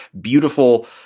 beautiful